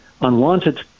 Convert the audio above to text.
unwanted